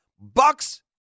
Bucks